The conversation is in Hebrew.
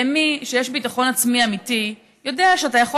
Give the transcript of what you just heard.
מי שיש לו ביטחון עצמי אמיתי יודע שאתה יכול